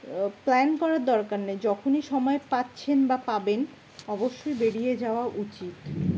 plan করার দরকার নেই যখনই সময় পাচ্ছেন বা পাবেন অবশ্যই বেরিয়ে যাওয়া উচিৎ